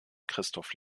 christoph